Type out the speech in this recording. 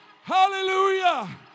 hallelujah